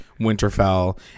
Winterfell